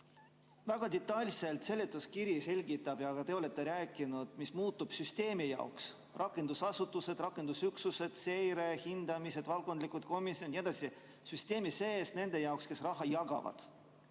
Väga detailselt seletuskiri selgitab ja ka teie olete rääkinud, mis muutub süsteemis sees – rakendusasutused, rakendusüksused, seirehindamised, valdkondlikud komisjonid jne. See muutub süsteemi sees nende jaoks, kes raha jagavad.